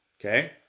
okay